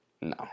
No